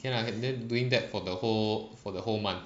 can ah ca~ doing that for the whole for the whole month